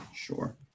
sure